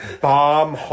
bomb